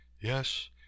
Yes